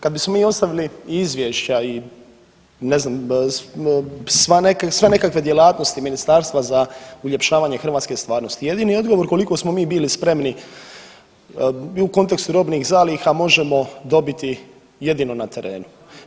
Kada bi se mi ostavili i izvješća i ne znam sve nekakve djelatnosti ministarstva za uljepšavanje hrvatske stvarnosti, jedino odgovor koliko smo mi bili spremni i u kontekstu robnih zaliha možemo dobiti jedino na terenu.